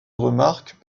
remarques